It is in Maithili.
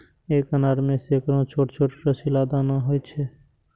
एक अनार मे सैकड़ो छोट छोट रसीला दाना होइ छै